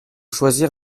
choisir